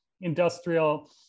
industrial